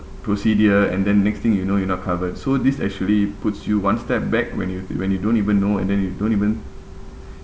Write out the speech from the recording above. procedure and then next thing you know you're not covered so this actually puts you one step back when you when you don't even know and then you don't even